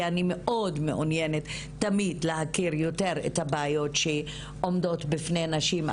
כי אני מאוד מעוניינת תמיד להכיר יותר את הבעיות שעומדות בפני נשים.